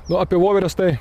na apie voveres tai